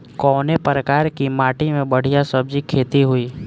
कवने प्रकार की माटी में बढ़िया सब्जी खेती हुई?